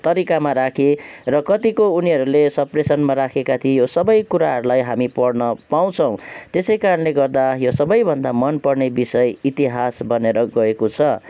तरिकामा राखे र कतिको उनीहरूले सम्प्रेषणमा राखेका थिए यो सबै कुराहरूलाई हामीले पढ्न पाउँछौँ त्यसै कारणले गर्दा यो सबैभन्दा मनपर्ने विषय इतिहास बनेर गएको छ